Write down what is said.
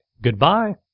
Goodbye